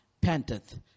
panteth